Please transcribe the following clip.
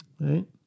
right